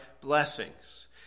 blessings